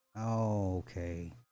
Okay